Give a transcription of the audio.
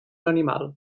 animal